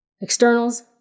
externals